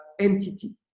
entity